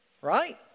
right